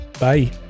Bye